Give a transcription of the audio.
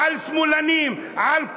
על שמאלנים,